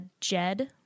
Jed